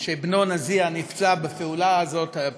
שבנו נזיה נפצע בפעולה הזאת,